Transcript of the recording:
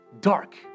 dark